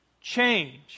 change